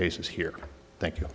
case is here thank you